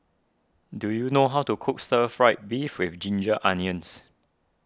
do you know how to cook Stir Fry Beef with Ginger Onions